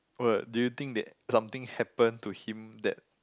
what do you think that something happen to him that